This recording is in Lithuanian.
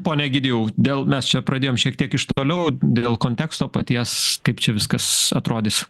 pone egidijau dėl mes čia pradėjom šiek tiek iš toliau dėl konteksto paties kaip čia viskas atrodys